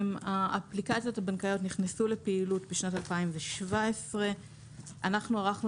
האפליקציות הבנקאיות נכנסו לפעילות בשנת 2017. אנחנו ערכנו